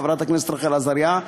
חברת הכנסת רחל עזריה,